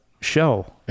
show